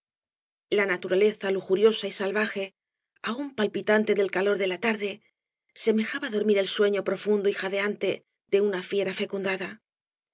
la naturaleza lujuriosa y salvaje aún palpitante del calor de la tarde semejaba dormir el sueño profundo y jadeante de una fiera fecundada